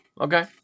Okay